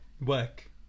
work